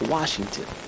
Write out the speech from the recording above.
Washington